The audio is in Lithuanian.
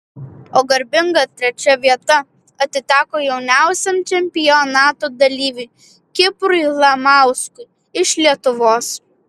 o garbinga trečia vieta atiteko jauniausiam čempionato dalyviui kiprui lamauskui iš lietuvos